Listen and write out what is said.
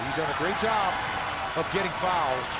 a great job of getting fouled.